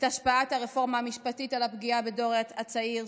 את השפעת הרפורמה המשפטית על הפגיעה בדור הצעיר,